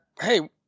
Hey